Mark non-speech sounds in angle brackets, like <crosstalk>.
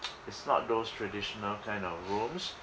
<noise> it's not those traditional kind of rooms